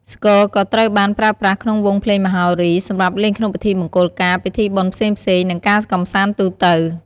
ស្គរក៏ត្រូវបានប្រើប្រាស់ក្នុងវង់ភ្លេងមហោរី សម្រាប់លេងក្នុងពិធីមង្គលការ ពិធីបុណ្យផ្សេងៗ និងការកម្សាន្តទូទៅ។